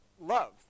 love